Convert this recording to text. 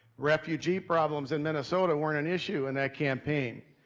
refugee problems in minnesota weren't an issue in that campaign.